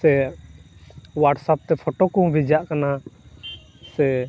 ᱥᱮ ᱳᱭᱟᱴᱥᱚᱯ ᱛᱮ ᱯᱷᱳᱴᱳ ᱠᱚᱦᱚᱸ ᱵᱷᱮᱡᱟᱜ ᱠᱟᱱᱟ ᱥᱮ